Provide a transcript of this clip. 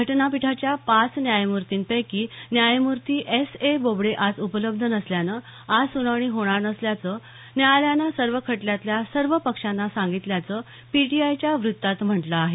घटनापीठाच्या पाच न्यायमूर्तीं पैकी न्यायमूर्ती एस ए बोबडे आज उपलब्ध नसल्यानं आज सुनावणी होणार नसल्याचं न्यायालयानं सर्व खटल्यातल्या सर्व पक्षांना सांगितल्याचं पीटीआयच्या व्त्तात म्हटलं आहे